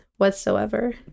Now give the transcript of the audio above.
whatsoever